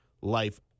life